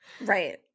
Right